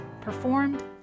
performed